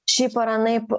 šiaip ar anaip